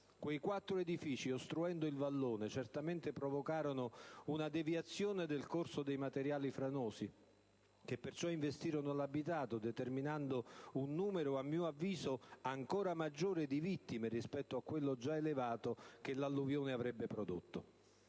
Quei quattro edifici, ostruendo il vallone, certamente provocarono una deviazione del corso dei materiali franosi, che perciò investirono l'abitato, determinando un numero - a mio avviso - ancora maggiore di vittime rispetto a quello già elevato che l'alluvione avrebbe prodotto.